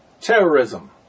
terrorism